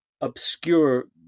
obscure